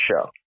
show